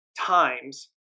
times